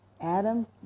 Adam